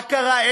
מה קרה?